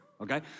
Okay